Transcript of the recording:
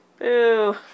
Boo